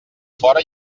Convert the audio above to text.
fora